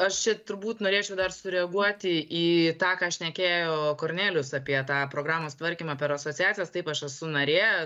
aš čia turbūt norėčiau dar sureaguoti į tą ką šnekėjo kornelijus apie tą programos tvarkymą per asociacijas taip aš esu narė